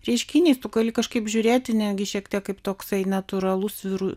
reiškinys tu gali kažkaip žiūrėti netgi šiek tiek kaip toksai natūralus ir